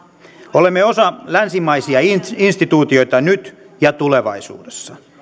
olemme osa länsimaisia instituutioita nyt ja tulevaisuudessa